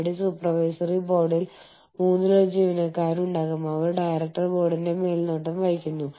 വിദേശ രക്ഷകർത്താക്കൾക്ക് അനുകൂലമായ പ്രത്യേക സ്വഭാവസവിശേഷതകളുള്ള വിദേശ അനുബന്ധ സ്ഥാപനത്തിന്റെ ഒരു പ്രത്യേക രൂപമാണിത്